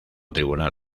tribunal